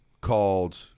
called